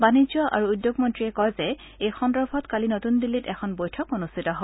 বাণিজ্য আৰু উদ্যোগ মন্ত্ৰীয়ে কয় যে এই সন্দৰ্ভত কালি নতুন দিল্লীত এখন বৈঠক অনুষ্ঠিত হয়